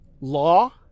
law